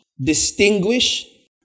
distinguish